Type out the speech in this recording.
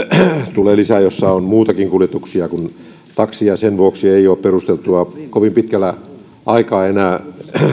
tulee lisää joilla on muitakin kuljetuksia kuin taksi sen vuoksi ei ole perusteltua kovin pitkän aikaa enää